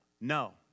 no